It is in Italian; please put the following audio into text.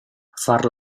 far